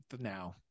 now